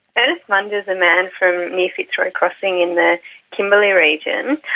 and munda is a man from near fitzroy crossing in the kimberley region,